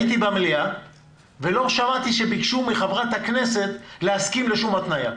הייתי במליאה ולא שמעתי שביקשו מחברת הכנסת להסכים לשום התניה.